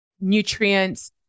nutrients